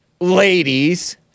ladies